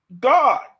god